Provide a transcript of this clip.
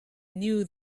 knew